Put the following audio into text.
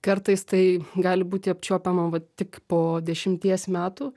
kartais tai gali būti apčiuopiama vat tik po dešimties metų